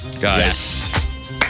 guys